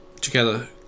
together